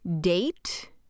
date